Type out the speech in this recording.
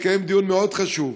התקיים דיון מאוד חשוב,